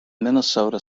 minnesota